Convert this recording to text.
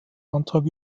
antrag